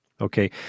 Okay